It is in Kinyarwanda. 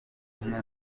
ubumwe